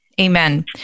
Amen